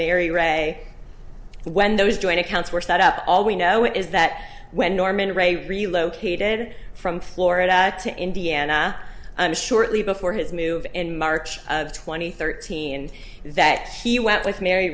mary ray when those joint accounts were set up all we know is that when norman ray relocated from florida to indiana and shortly before his move in march twenty thirteen that he went with mary